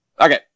Okay